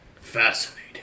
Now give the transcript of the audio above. Fascinating